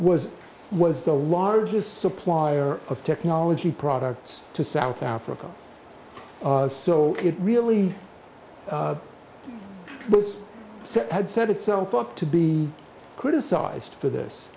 was was the largest supplier of technology products to south africa so it really was set had set itself up to be criticized for this